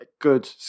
good